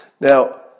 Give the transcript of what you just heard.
Now